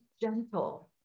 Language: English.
gentle